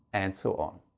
and so on.